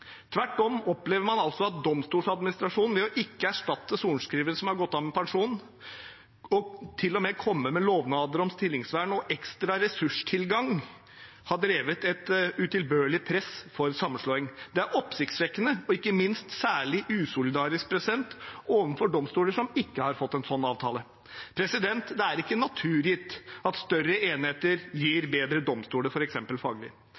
Tvert om – man opplever altså at Domstoladministrasjonen, som ikke erstatter sorenskriveren som har gått av med pensjon, og til og med kommer med lovnader om stillingsvern og ekstra ressurstilgang, har drevet et utilbørlig press for sammenslåing. Det er oppsiktsvekkende og ikke minst særlig usolidarisk overfor domstoler som ikke har fått en sånn avtale. Det er ikke naturgitt at større enheter gir bedre domstoler f.eks. faglig.